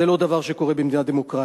זה לא דבר שקורה במדינה דמוקרטית.